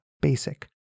basic